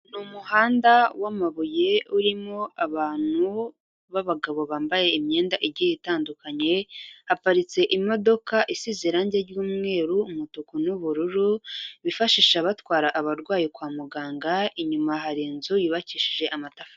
Ni umuhanda w'amabuye urimo abantu b'abagabo bambaye imyenda igiye itandukanye, haparitse imodoka isize irange ry'umweru, umutuku n'ubururu bifashisha batwara abarwayi kwa muganga, inyuma hari inzu yubakishije amatafari.